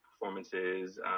performances